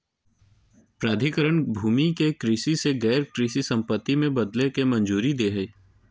प्राधिकरण भूमि के कृषि से गैर कृषि संपत्ति में बदलय के मंजूरी दे हइ